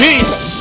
Jesus